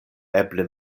eble